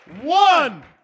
One